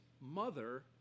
Mother